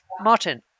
Martin